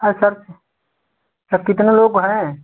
हाँ सर सब कितने लोग हैं